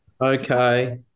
Okay